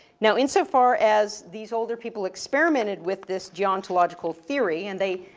now, insofar as these older people experimented with this geontological theory, and they,